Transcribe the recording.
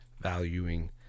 valuing